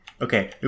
Okay